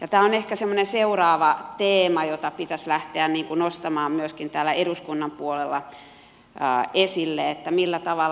tämä on ehkä semmoinen seuraava teema jota pitäisi lähteä nostamaan myöskin täällä eduskunnan puolella esille